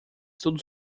todos